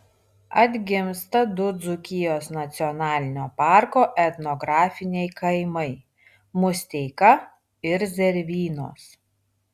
atgimsta du dzūkijos nacionalinio parko etnografiniai kaimai musteika ir zervynos